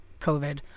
COVID